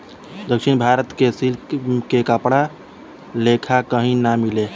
दक्षिण भारत के सिल्क के कपड़ा लेखा कही ना मिले